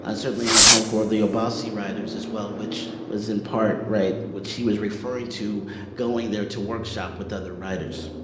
certainly a home for the abbasi writers, as well, which was in part, right, which he was referring to going there to workshop with other writers,